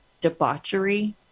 debauchery